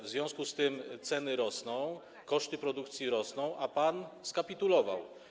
W związku z tym ceny rosną, koszty produkcji rosną, a pan skapitulował.